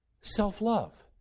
Self-love